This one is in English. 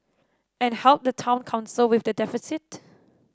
and help the town council with the deficit